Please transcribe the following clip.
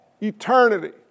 eternity